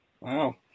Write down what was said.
Wow